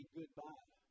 goodbye